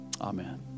Amen